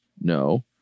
No